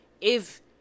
if-